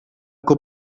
que